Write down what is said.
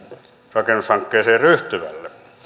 rakennushankkeeseen ryhtyvälle